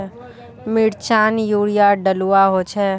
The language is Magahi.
मिर्चान यूरिया डलुआ होचे?